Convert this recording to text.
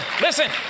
listen